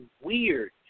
weird